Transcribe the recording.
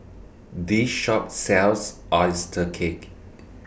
This Shop sells Oyster Cake